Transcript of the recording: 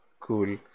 Cool